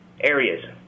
areas